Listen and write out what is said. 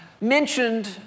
mentioned